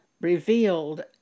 revealed